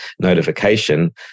notification